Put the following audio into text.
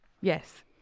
Yes